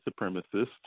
supremacists